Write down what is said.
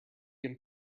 can